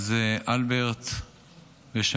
שלום, גברתי, ברוכה הבאה.